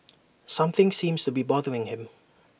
something seems to be bothering him